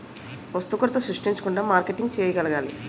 వస్తు కొరత సృష్టించకుండా మార్కెటింగ్ చేయగలగాలి